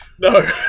No